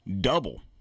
double